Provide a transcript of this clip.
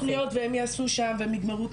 ונעשה תוכניות והם יעשו שם והם יגמרו את